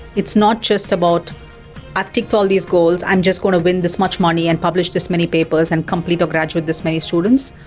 it's not just about i've ticked all these goals, i'm just going to win this much money and publish this many papers and complete or graduate this many students',